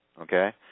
Okay